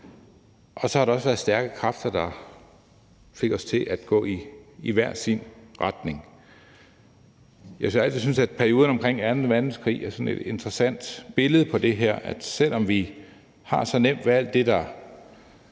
og der har også været stærke kræfter, der fik os til at gå i hver sin retning. Jeg har altid syntes, at perioden omkring anden verdenskrig er sådan et interessant billede på det her, altså at selv om vi har så nemt ved alt, der